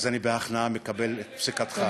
אז אני בהכנעה מקבל את פסיקתךָ.